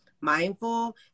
mindful